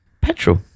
petrol